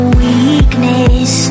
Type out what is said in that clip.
weakness